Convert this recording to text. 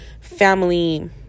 family